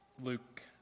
Luke